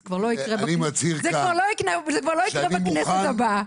זה כבר לא יקרה בכנסת הבאה.